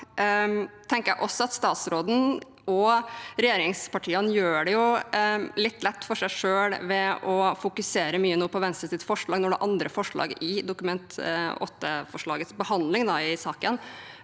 statsråden og regjeringspartiene gjør det litt lett for seg selv ved nå å fokusere mye på Venstres forslag, når det er andre forslag i forbindelse med Dokument 8-forslaget til behandling i saken